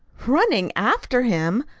running after him!